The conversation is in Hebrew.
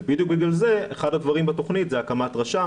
ובדיוק בגלל זה אחד הדברים בתוכנית זה הקמת רשם,